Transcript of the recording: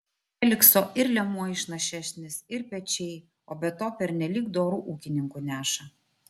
felikso ir liemuo išnašesnis ir pečiai o be to pernelyg doru ūkininku neša